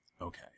Okay